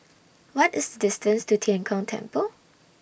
What IS The distance to Tian Kong Temple